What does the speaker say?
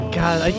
god